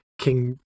King